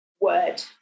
word